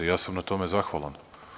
Ja sam na tome zahvalan.